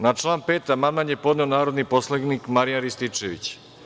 Na član 5. amandman je podneo narodni poslanik Marijan Rističević.